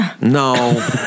No